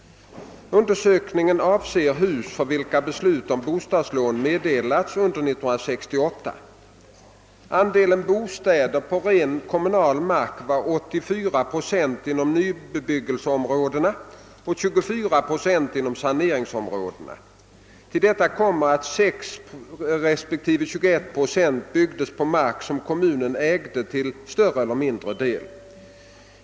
Undersökningen avser hus för vilka beslut om bostadslån meddelats under år 1968. Andelen bostäder på rent kommunal mark var 84 procent inom nybyggnadsområdena och 24 procent inom saneringsområdena. Till detta kommer att 6 respektive 21 procent byggdes på mark som kommunen ägde till större eller mindre del.